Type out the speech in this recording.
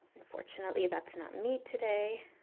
unfortunately that's not me today.